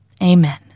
Amen